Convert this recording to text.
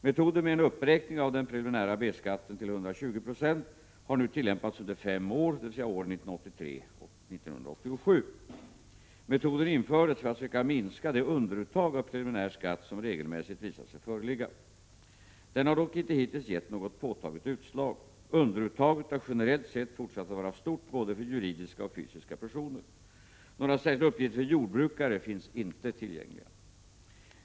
Metoden med en uppräkning av den preliminära B-skatten till 120 96 har nu tillämpats under fem år, dvs. åren 1983-1987. Metoden infördes för att söka minska det underuttag av preliminär skatt som regelmässigt visat sig föreligga. Den har dock inte hittills gett något påtagligt utslag. Underuttaget har generellt sett fortsatt att vara stort för både juridiska och fysiska personer. Några särskilda uppgifter för jordbrukare finns inte tillgängliga.